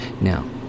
Now